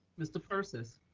mr. persis.